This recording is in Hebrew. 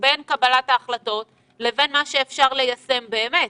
בין קבלת ההחלטות לבין מה שאפשר ליישם באמת.